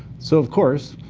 so, of course,